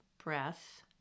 breath